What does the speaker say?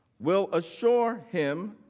will assure him,